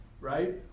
right